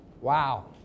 Wow